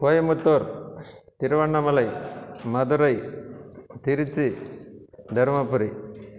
Coimbatore Tiruvannamalai Madurai Trichy Dharmapuri